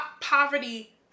poverty